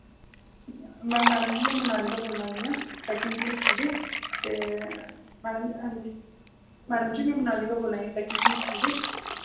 मैं मैडम जी मनाली दा बोला दियां सेकंड सेमेस्टर दी ते मैडम जी हां जी मैडम जी में मनाली दा बोला आं सेकंड सेमेस्टर दी